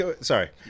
Sorry